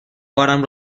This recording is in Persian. بارم